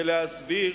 ולהסביר